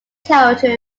childhood